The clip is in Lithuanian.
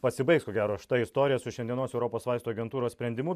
pasibaigs ko gero šita istorija su šiandienos europos vaistų agentūros sprendimu